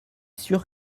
sûr